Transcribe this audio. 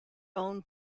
own